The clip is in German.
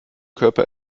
körper